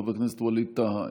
חבר הכנסת ווליד טאהא,